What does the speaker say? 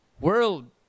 world